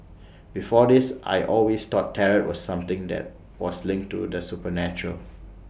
before this I always thought tarot was something that was linked to the supernatural